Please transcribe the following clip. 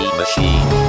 machine